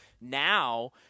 now